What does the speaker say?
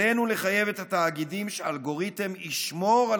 עלינו לחייב את התאגידים שהאלגוריתם ישמור על